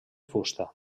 fusta